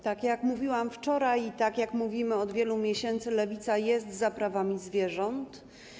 Tak jak mówiłam wczoraj i tak jak mówimy od wielu miesięcy, Lewica jest za prawami zwierząt.